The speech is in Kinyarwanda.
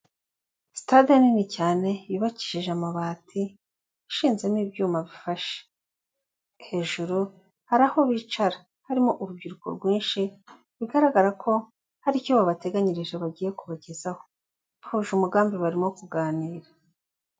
Sitade nini cyane yubakishije amabati ishinzemo ibyuma bifashe, hejuru hari aho bicara harimo urubyiruko rwinshi bigaragara ko hari icyo babateganyirije bagiye kubagezaho, bahuje umugambi barimo kuganira.